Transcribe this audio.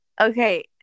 Okay